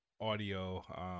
audio